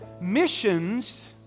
missions